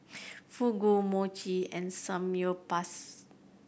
Fugu Mochi and Samgyeopsal